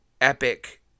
epic